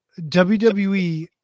WWE